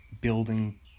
building